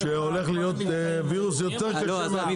שהולך להיות וירוס יותר קשה.